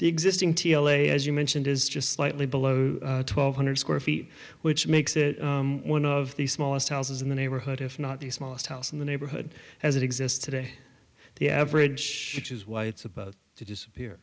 the existing t l a as you mentioned is just slightly below twelve hundred square feet which makes it one of the smallest houses in the neighborhood if not the smallest house in the neighborhood as it exists today the average is why it's about to disappear